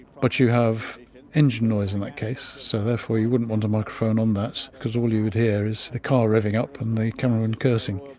but you have engine noise in that case, so, therefore, you wouldn't want a microphone on that, because all you'd hear is a car revving up and the cameraman cursing.